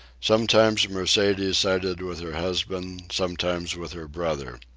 sometimes mercedes sided with her husband, sometimes with her brother.